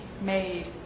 made